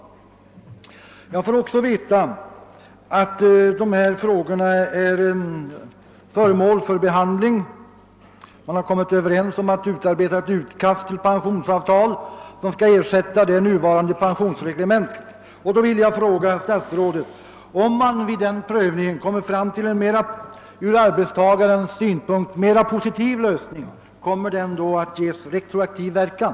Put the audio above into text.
Jag får också veta att de här frågorna är föremål för behandling. Man har kommit överens om att utarbeta ett utkast till pensionsavtal som skall ersätta det nuvarande pensionsreglementet. Om man vid den prövningen kommer fram till en ur arbetstagarens synpunkt mera positiv lösning, vill jag fråga statsrådet: Kommer den då att ges en retroaktiv verkan?